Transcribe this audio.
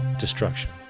destruction.